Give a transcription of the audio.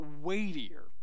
weightier